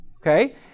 Okay